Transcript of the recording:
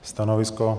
Stanovisko?